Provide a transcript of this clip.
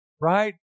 right